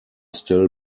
still